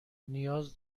نیاز